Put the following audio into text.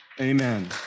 Amen